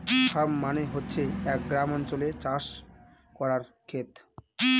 farm মানে হচ্ছে এক গ্রামাঞ্চলে চাষ করার খেত